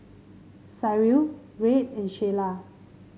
Cyril Reid and Shayla